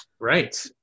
Right